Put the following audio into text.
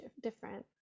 different